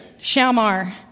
Shalmar